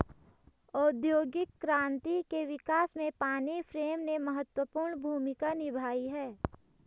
औद्योगिक क्रांति के विकास में पानी फ्रेम ने महत्वपूर्ण भूमिका निभाई है